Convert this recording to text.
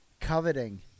coveting